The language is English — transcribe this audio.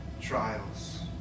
trials